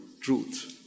truth